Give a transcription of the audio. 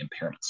impairments